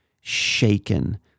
shaken